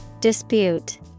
Dispute